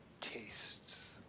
tastes